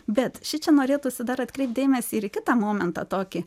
bet šičia norėtųsi dar atkreipt dėmesį ir į kitą momentą tokį